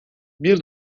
bir